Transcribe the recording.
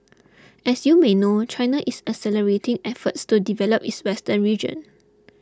as you may know China is accelerating efforts to develop its western region